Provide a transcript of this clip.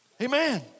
Amen